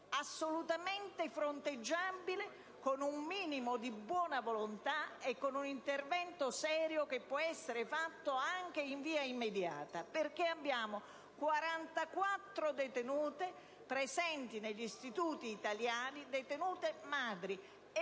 assolutamente fronteggiabile con un minimo di buona volontà e con un intervento serio che può essere fatto anche in via immediata: sono 44, infatti, le detenute madri presenti negli istituti italiani, e 45 i bambini